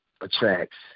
attracts